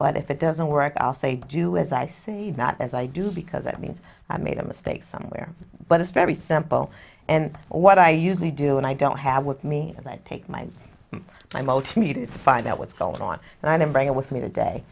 but if it doesn't work i'll say do as i see not as i do because it means i made a mistake somewhere but it's very simple and what i usually do and i don't have with me and i take my imo to me to find out what's going on and i bring it with me t